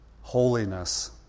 holiness